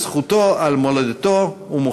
פותחים כעת ישיבה מליאה מיוחדת במלאות 85 שנים להקמת האצ"ל,